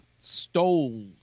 stole